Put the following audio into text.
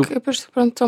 kaip aš suprantu